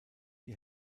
die